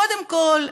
קודם כול,